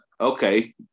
Okay